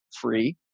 free